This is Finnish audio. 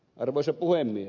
arvoisa puhemies